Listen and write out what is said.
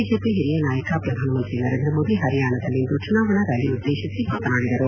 BJP ಹಿರಿಯ ನಾಯಕ ಪ್ರಧಾನಮಂತ್ರಿ ನರೇಂದ್ರ ಮೋದಿ ಹರಿಯಾಣದಲ್ಲಿಂದು ಚುನಾವಣಾ ರ್ಯಾಲಿ ಉದ್ದೇಶಿಸಿ ಮಾತನಾಡಿದರು